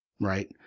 right